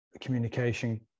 communication